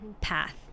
path